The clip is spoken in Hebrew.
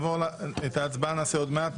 את ההצבעה נעשה עוד מעט.